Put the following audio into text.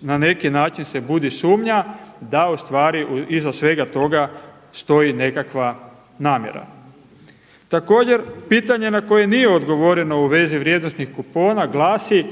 na neki način se budi sumnja da ustvari iza svega toga stoji nekakva namjera. Također, pitanje na koje nije odgovoreno u vezi vrijednosnih kupona glasi